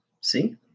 See